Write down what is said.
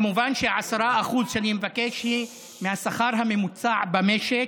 כמובן שה-10% שאני מבקש הם מהשכר הממוצע במשק.